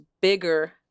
bigger